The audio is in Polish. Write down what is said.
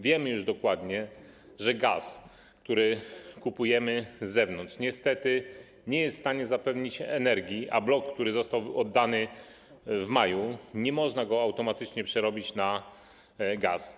Wiemy już dokładnie, że gaz, który kupujemy z zewnątrz, niestety nie jest w stanie zapewnić energii, a bloku, który został oddany w maju, nie można automatycznie przerobić na gaz.